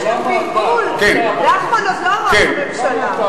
יש כאן בלבול, נחמן עוד לא ראש הממשלה.